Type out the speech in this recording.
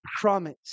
promise